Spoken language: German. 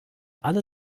alle